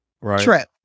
right